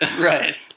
Right